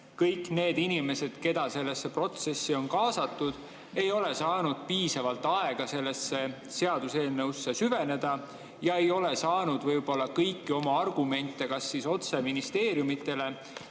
kõik need inimesed, keda sellesse protsessi on kaasatud, ei ole saanud piisavalt aega sellesse seaduseelnõusse süveneda ja ei ole saanud kõiki oma argumente kas otse ministeeriumidele